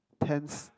tense